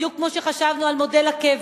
בדיוק כמו שחשבנו על מודל הקבע,